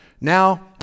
Now